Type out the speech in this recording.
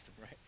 right